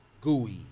Gooey